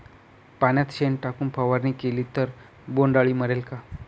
पाण्यात शेण टाकून फवारणी केली तर बोंडअळी मरेल का?